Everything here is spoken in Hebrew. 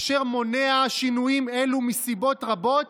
אשר מונע שינויים אלו מסיבות רבות,